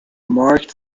marked